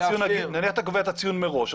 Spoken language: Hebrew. נניח אתה קובע את הציון מראש.